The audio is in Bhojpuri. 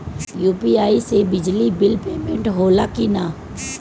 यू.पी.आई से बिजली बिल पमेन्ट होला कि न?